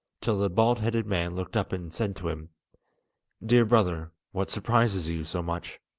till the bald-headed man looked up and said to him dear brother, what surprises you so much